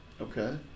Okay